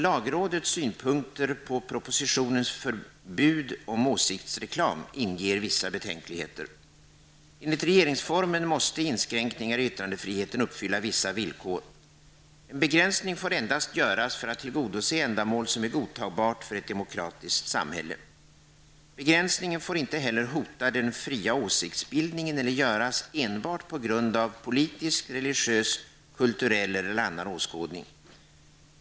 Lagrådets synpunkter på propositionens förbud om åsiktsreklam inger vissa betänkligheter. Enligt regeringsformen måste inskränkningar i yttrandefriheten uppfylla vissa villkor. En begränsning får endast göras för att tillgodose ändamål som är godtagbara för ett demokratiskt samhälle. Begränsningen får inte heller hota den fria åsiktsbildningen eller göras enbart på grund av politisk, religiös, kulturell eller annan åskådning.